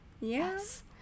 Yes